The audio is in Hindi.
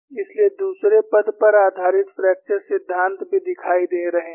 इसलिए दूसरे पद पर आधारित फ्रैक्चर सिद्धांत भी दिखाई दे रहे हैं